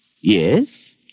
Yes